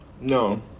No